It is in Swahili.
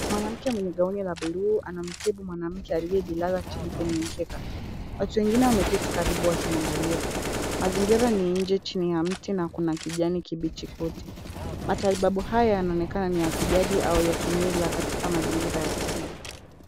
Mwanamke mwenye gauni la bluu anamtibu mwanamke aliyejilaza chini kwenye mkeka. Watu wengine wameketi karibu wakimwangalia. Mazingira ni nje chini ya mti na kuna kijani kibichi kote. Matibabu haya yanaonekana ni ya kijadi au ya kimila katika mazingira ya kijiji.